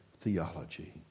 theology